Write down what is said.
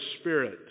Spirit